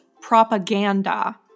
propaganda